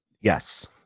Yes